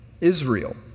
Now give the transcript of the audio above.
Israel